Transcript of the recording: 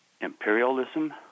imperialism